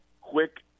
quick